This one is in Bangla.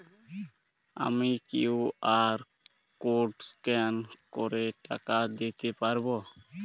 আমি কিউ.আর কোড স্ক্যান করে টাকা দিতে পারবো?